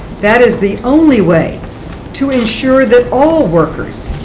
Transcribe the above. that is the only way to ensure that all workers,